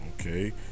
Okay